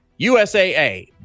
USAA